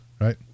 right